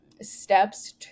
steps